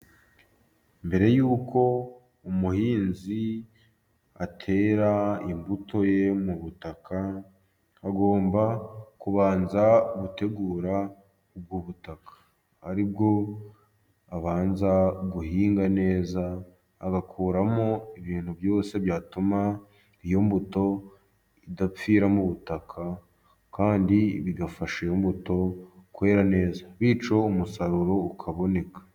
Mbere y'uko umuhinzi atera imbuto ye mu butaka, agomba kubanza gutegura ubwo butaka, aribwo abanza guhinga neza agakuramo ibintu byose byatuma iyo mbuto idapfira mu butaka, kandi bigafasha iyo mbuto kwera neza, bityo umusaruro ukaboneka.